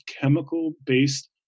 chemical-based